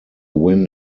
win